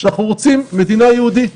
היא שאנחנו רוצים מדינה יהודית.